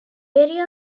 area